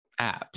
apps